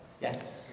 Yes